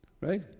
Right